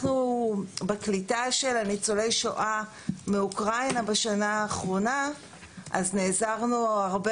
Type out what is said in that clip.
בקליטה של ניצולי השואה מאוקראינה בשנה האחרונה נעזרנו הרבה